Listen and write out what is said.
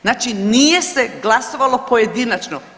Znači nije se glasovalo pojedinačno.